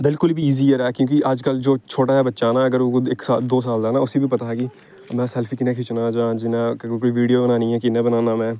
बिलकुल बी ईजी ऐ क्योंकि अज्जकल जो छोटा जेहा बच्चा ना अगर ओह् इक दो साल दा ना उसी बी पता ऐ कि सैल्फी कि'यां खिच्चनी जां जियां कोई वीडियो बनानी ऐ कि'यां बनान्ना में